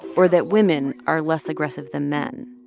or that women are less aggressive than men.